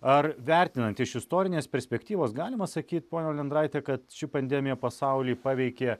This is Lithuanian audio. ar vertinant iš istorinės perspektyvos galima sakyt pone olendraite kad ši pandemija pasaulį paveikė